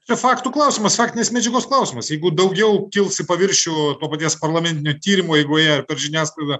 čia faktų klausimas faktinės medžiagos klausimas jeigu daugiau kils į paviršių to paties parlamentinio tyrimo eigoje per žiniasklaidą